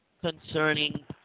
concerning